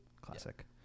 Classic